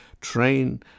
train